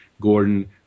Gordon